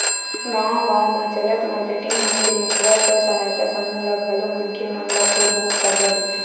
गाँव गाँव म चलत मारकेटिंग मन के महिला स्व सहायता समूह ह घलो मनखे मन ल थोर बहुत करजा देथे